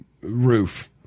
roof